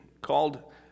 called